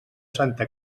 santa